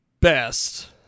best